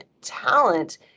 talent